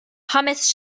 ħames